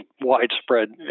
widespread